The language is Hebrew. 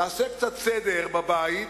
תעשה קצת סדר בבית,